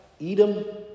Edom